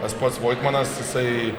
tas pats voitmanas jisai